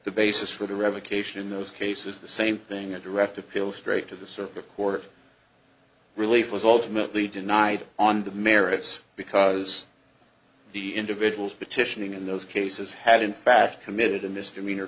the basis for the revocation in those cases the same thing a direct appeal straight to the circuit court relief was alternately denied on the merits because the individuals petitioning in those cases had in fact committed a misdemeanor